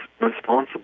responsible